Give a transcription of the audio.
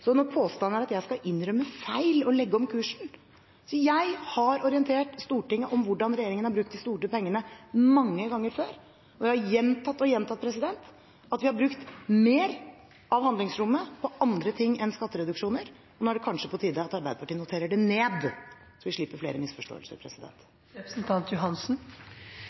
påstanden om at jeg skal innrømme feil og legge om kursen: Jeg har mange ganger før orientert Stortinget om hvordan regjeringen har brukt de store pengene, og jeg har gjentatt og gjentatt at vi har brukt mer av handlingsrommet på andre ting enn skattereduksjoner. Nå er det kanskje på tide at Arbeiderpartiet noterer det ned, slik at vi slipper flere misforståelser.